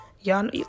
Y'all